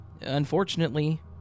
Unfortunately